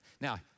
Now